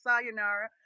sayonara